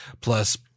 Plus